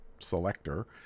selector